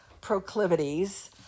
proclivities